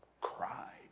cried